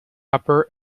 upper